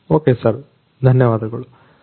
okay sir ಧನ್ಯವಾದಗಳು sir